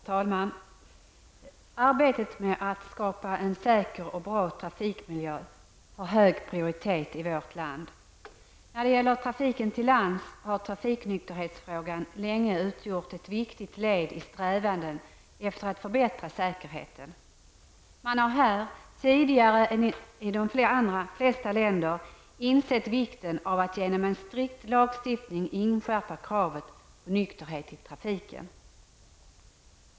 Herr talman! Arbetet med att skapa en säker och bra trafikmiljö har hög prioritet i vårt land. När det gäller trafiken till lands har trafiknykterhetsfrågan länge utgjort ett viktigt led i strävandena efter att förbättra säkerheten. Man har här tidigare än i de flesta andra länder insett vikten av att genom en strikt lagstiftning inskärpa kravet på nykterhet i trafiken.